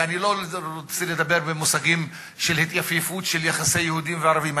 ואני לא רוצה לדבר במושגים של התייפייפות של יחסי יהודים וערבים,